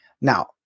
Now